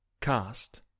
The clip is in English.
cast